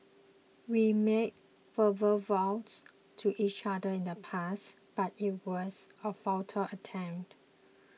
we made verbal vows to each other in the past but it was a futile attempt